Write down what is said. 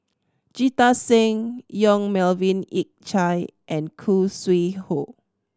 Jita Singh Yong Melvin Yik Chye and Khoo Sui Hoe